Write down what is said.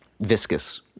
viscous